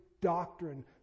doctrine